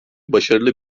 başarılı